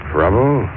Trouble